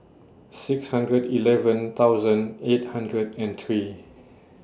six hundred eleven thousand eight hundred and three